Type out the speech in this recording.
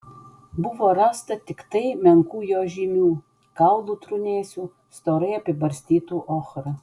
buvo rasta tiktai menkų jo žymių kaulų trūnėsių storai apibarstytų ochra